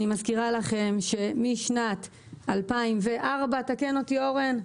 אני מזכירה לכם משנת 2004, תקן אותי אורן,